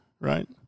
right